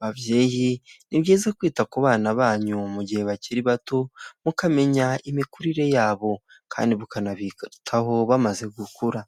babyeyi ni byiza kwita ku bana banyu mu gihe bakiri bato mukamenya imikurire yabo kandi mukanabitaho bamaze gukura.